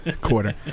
quarter